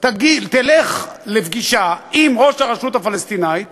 תלך לפגישה עם ראש הרשות הפלסטינית